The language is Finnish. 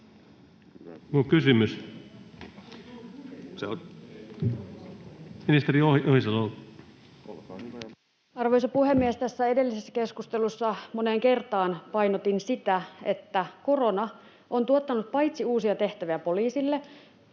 Arvoisa puhemies! Tässä edellisessä keskustelussa moneen kertaan painotin sitä, että korona on tuottanut paitsi uusia tehtäviä poliisille